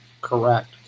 correct